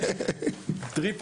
קלילה.